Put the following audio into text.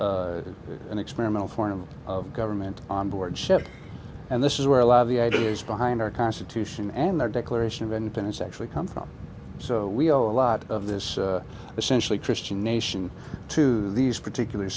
with an experimental form of government on board ship and this is where a lot of the ideas behind our constitution and their declaration of independence actually come from so we owe a lot of this essentially christian nation to these particular